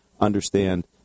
understand